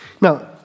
Now